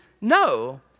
No